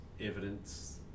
evidence